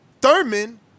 Thurman